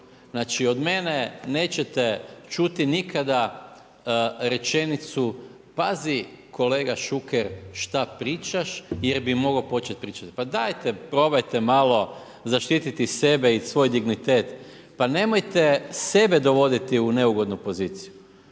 Znači od mene nećete čuti nikada rečenicu, pazi kolega Šuker šta pričaš jer bi mogao počet pričat. Pa dajte probajte malo zaštititi sebe i svoj dignitet. Pa nemojte sebe dovoditi u neugodnu poziciju.